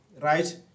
Right